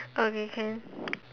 okay can